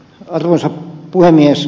arvoisa puhemies